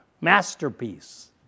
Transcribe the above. Masterpiece